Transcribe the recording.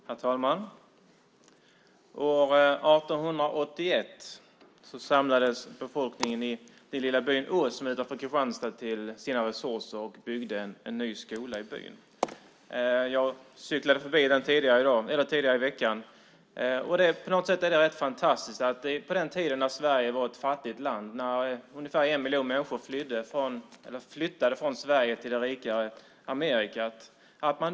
Herr talman! År 1881 samlade befolkningen i den lilla byn Norra Åsum utanför Kristianstad sina resurser och byggde en ny skola i byn. Jag cyklade förbi där tidigare i veckan. På något sätt är det rätt fantastiskt att denna lilla by samlade ihop sina resurser för att bygga en skola på den tiden Sverige var ett fattigt land och ungefär en miljon människor flyttade från Sverige till det rikare Amerika.